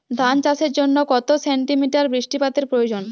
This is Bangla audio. ধান চাষের জন্য কত সেন্টিমিটার বৃষ্টিপাতের প্রয়োজন?